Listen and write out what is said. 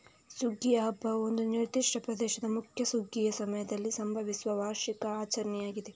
ಸುಗ್ಗಿಯ ಹಬ್ಬವು ಒಂದು ನಿರ್ದಿಷ್ಟ ಪ್ರದೇಶದ ಮುಖ್ಯ ಸುಗ್ಗಿಯ ಸಮಯದಲ್ಲಿ ಸಂಭವಿಸುವ ವಾರ್ಷಿಕ ಆಚರಣೆಯಾಗಿದೆ